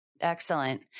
Excellent